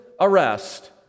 arrest